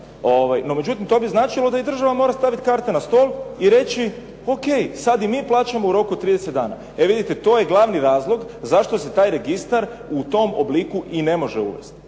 No međutim, to bi značilo da i država mora staviti karte na stol i reći, O.K, sada i mi plaćamo u roku od 30 dana. E vidite to je glavni razlog zašto se taj registar u tom obliku i ne može uvesti